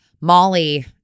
Molly